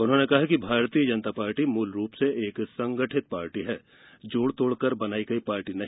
उन्होंने कहा कि भारतीय जनता पार्टी मूलभूत रूप से संगठित पार्टी है जोड तोड कर बनाई गई पार्टी नहीं